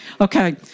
Okay